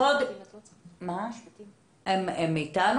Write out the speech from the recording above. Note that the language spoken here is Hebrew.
קודם כול את כל